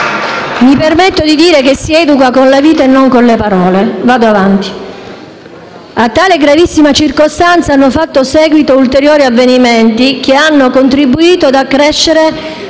Mi permetto di dire che si educa con la vita e non con le parole: vado avanti. Come dicevo, a tale gravissima circostanza hanno fatto seguito ulteriori avvenimenti, che hanno contribuito ad accrescere